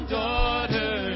daughter